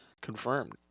Confirmed